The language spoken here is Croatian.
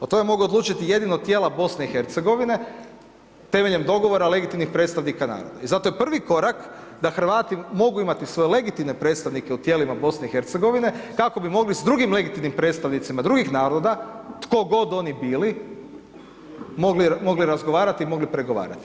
O tome mogu odlučiti jedino tijela BiH temeljem dogovora legitimnih predstavnika naroda i zato je prvi korak da Hrvati mogu imati legitimne predstavnike u tijelima BiH kako bi mogli s drugim legitimnim predstavnicima drugih naroda, tko god oni bili, mogli razgovarati i mogli pregovarati.